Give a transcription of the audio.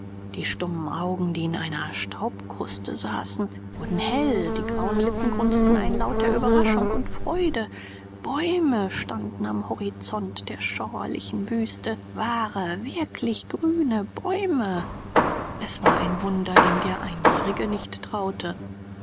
die stumpfen augen die in einer staubkruste saßen wurden hell die grauen lippen grunzten einen laut der überraschung und freude bäume standen am horizont der schauerlichen wüste wahre wirklich grüne bäume es war ein wunder dem der einjährige nicht traute